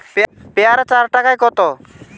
পেয়ারা চার টায় কত?